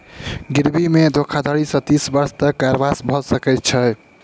गिरवी मे धोखाधड़ी सॅ तीस वर्ष तक के कारावास भ सकै छै